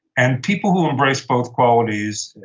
and people who embraced both qualities,